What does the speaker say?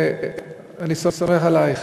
ואני סומך עלייך.